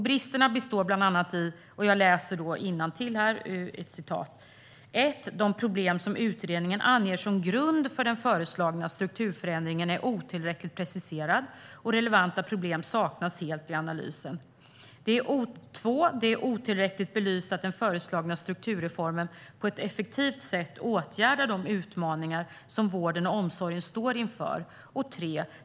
Bristerna består enligt myndigheten bland annat av följande: De problem som utredningen anger som grund för den föreslagna strukturförändringen är otillräckligt preciserade, och relevanta problem saknas helt i analysen. Det är otillräckligt belyst att den föreslagna strukturreformen på ett effektivt sätt åtgärdar de utmaningar som vården och omsorgen står inför.